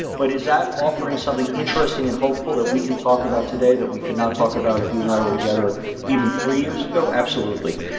but is that offering something interesting and hopeful that we can talk about today that we could not talk about if you and i were together even three years ago? absolutely.